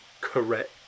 correct